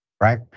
right